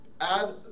add